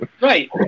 right